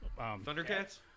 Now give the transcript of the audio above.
Thundercats